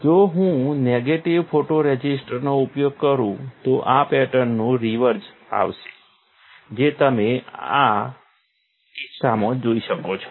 જો હું નેગેટિવ ફોટોરઝિસ્ટનો ઉપયોગ કરું તો આ પેટર્નનુ રિવર્ઝ આવશે જે તમે આ કિસ્સામાં જોઈ શકો છો